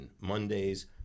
Mondays